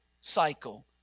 cycle